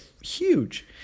huge